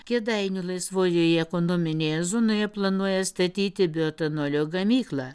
kėdainių laisvojoje ekonominėje zonoje planuoja statyti bioetanolio gamyklą